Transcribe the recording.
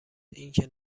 اینکه